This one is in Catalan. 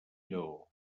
lleó